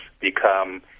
become